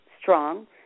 strong